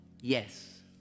Yes